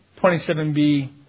27B